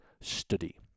study